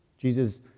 Jesus